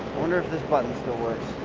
wonder if this button still works?